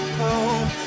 home